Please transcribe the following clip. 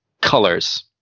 colors